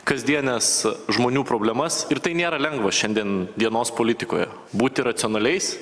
kasdienes žmonių problemas ir tai nėra lengva šiandien dienos politikoje būti racionaliais